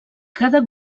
cada